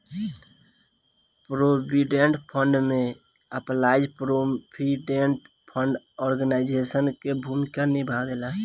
provident fund में employees provident fund organisation के भूमिका निभावेला